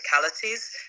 practicalities